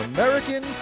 American